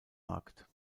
markt